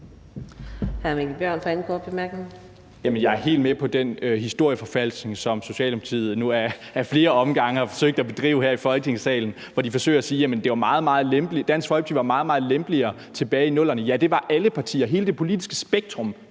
hvad det er for en historieforfalskning, som Socialdemokratiet nu ad flere omgange har forsøgt at bedrive her i Folketingssalen, hvor de forsøger at sige, at Dansk Folkeparti var meget, meget lempeligere tilbage i 00'erne. Ja, det var alle partier. Hele det politiske spektrum